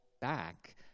back